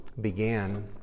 began